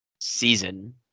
season